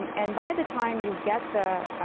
um and by the time you get the